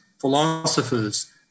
philosophers